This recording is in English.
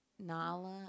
Nala